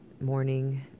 morning